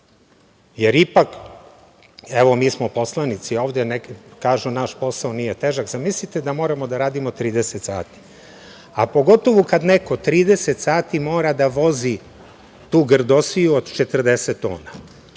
jer ipak, evo, mi smo poslanici ovde, kažu naš posao nije težak, zamislite da moramo da radimo 30 sati, a pogotovo kad neko 30 sati mora da vozi tu grdosiju od 40 tona. Znam